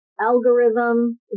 algorithm